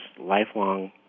lifelong